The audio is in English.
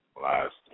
last